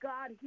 God